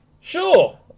Sure